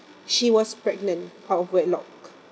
she was pregnant out of wedlock